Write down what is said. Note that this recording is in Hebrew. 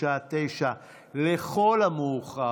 בשעה 09:00 לכל המאוחר.